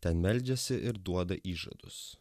ten meldžiasi ir duoda įžadus